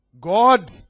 God